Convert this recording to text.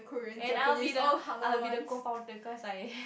and I will be the I will be the co founder cause I